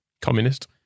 Communist